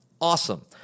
awesome